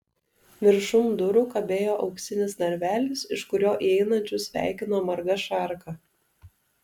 viršum durų kabėjo auksinis narvelis iš kurio įeinančius sveikino marga šarka